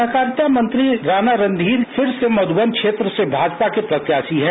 सहकारिता मंत्री राणा रणधीर फिर से मध्यबन क्षेत्र से भाजपा के प्रत्याशी हैं